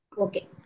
Okay